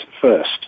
first